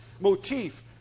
motif